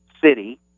city